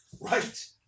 Right